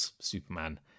Superman